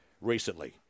recently